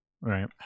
Right